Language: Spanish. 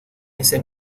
ese